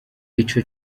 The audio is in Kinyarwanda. ico